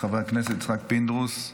חבר הכנסת יצחק פינדרוס,